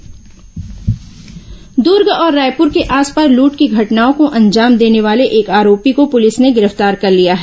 आरोपी गिरफ्तार दूर्ग और रायपुर के आसपास लूट की घटनाओं को अंजाम देने वाले एक आरोपी को पुलिस ने गिरफ्तार कर लिया है